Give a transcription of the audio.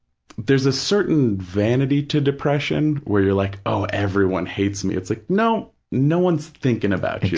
there's a certain vanity to depression, where you're like, oh, everyone hates me. it's like, no, no one's thinking about